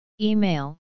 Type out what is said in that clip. Email